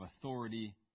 authority